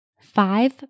Five